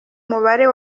mubare